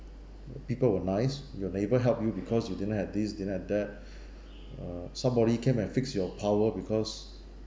uh people were nice your neighbour helped you because you didn't have this didn't have that uh somebody came and fixed your power because